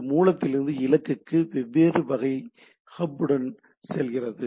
இது மூலத்திலிருந்து இலக்குக்கு வெவ்வேறு வகை ஹாப்ஸுடன் செல்கிறது